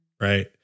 Right